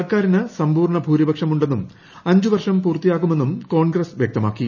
സർക്കാരിന് സമ്പൂർണ്ണ ഭൂരിപക്ഷമുണ്ടെന്നും അഞ്ചു വർഷം പൂർത്തിയാക്കുമെന്നും കോൺഗ്രസ് വ്യക്തമാക്കി